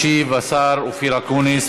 ישיב השר אופיר אקוניס.